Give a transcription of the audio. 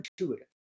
intuitive